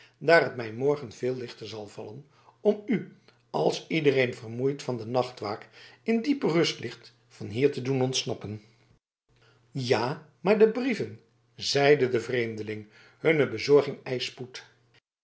daar het mij morgen veel lichter zal vallen om u als iedereen vermoeid van de nachtwaak in diepe rust ligt van hier te doen ontsnappen ja maar de brieven zeide de vreemdeling hunne bezorging eischt spoed